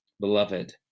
Beloved